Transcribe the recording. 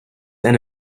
and